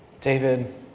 David